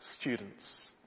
students